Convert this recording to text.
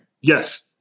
Yes